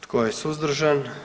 Tko je suzdržan?